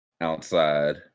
outside